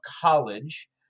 college